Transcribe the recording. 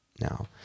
Now